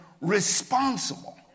responsible